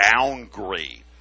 downgrade